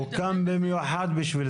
בסוף המדינה,